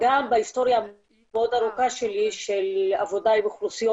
גם בהיסטוריה המאוד ארוכה שלי של עבודה עם אוכלוסיות